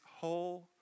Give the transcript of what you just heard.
whole